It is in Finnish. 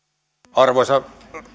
arvoisa